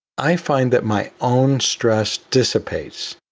i find that my own stress dissipates.